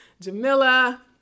Jamila